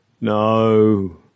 no